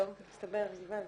טוב, מסתבר, יובל.